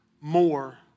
more